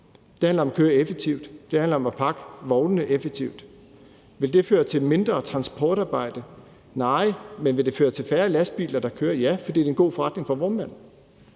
kørselsmønster, at køre effektivt, at pakke vognene effektivt. Vil det føre til mindre transportarbejde? Nej. Men vil det føre til færre lastbiler, der kører? Ja, for det er en god forretning for vognmændene.